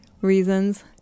reasons